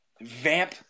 vamp